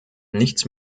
nichts